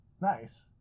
Nice